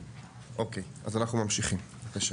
אוקיי, אז אנחנו ממשיכים, בבקשה.